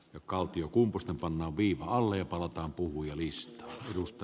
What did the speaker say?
kaltiokumpusta panna viitan alle ja olen ed